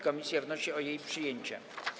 Komisja wnosi o jej przyjęcie.